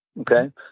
Okay